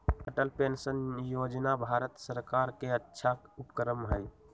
Atal pension योजना भारत सर्कार के अच्छा उपक्रम हई